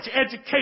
education